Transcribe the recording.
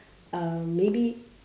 uh maybe